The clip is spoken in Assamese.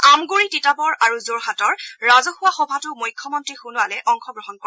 আমণ্ডৰি তিতাবৰ আৰু যোৰহাটৰ ৰাজহুৱা সভাতো মুখ্যমন্তী সোণোৱালে অংশগ্ৰহণ কৰে